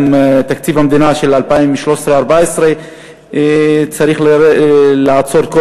שבתקציב המדינה של 2013 2014 צריך לעצור את כל